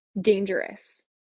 dangerous